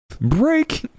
Break